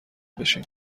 بشین